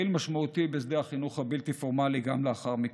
הוא היה פעיל משמעותי בשדה החינוך הבלתי-פורמלי גם לאחר מכן.